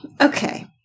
Okay